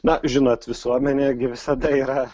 na žinot visuomenė gi visada yra